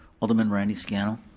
alderman randy scannell.